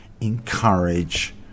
encourage